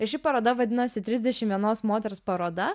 ir ši paroda vadinasi trisdešim vienos moters paroda